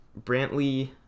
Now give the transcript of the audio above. Brantley